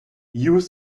use